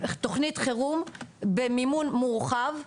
תוכנית חירום במימון מורחב,